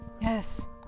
Yes